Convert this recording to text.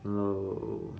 no